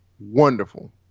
wonderful